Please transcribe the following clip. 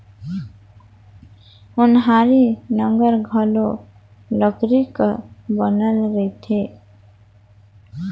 ओनारी नांगर घलो लकरी कर बनल रहथे